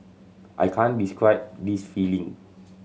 I can't describe this feeling